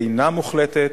אינה מוחלטת,